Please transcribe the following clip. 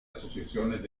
asociaciones